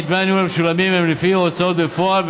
דמי הניהול המשולמים הם לפי הוצאות בפועל,